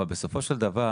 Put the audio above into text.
אבל בסופו של דבר.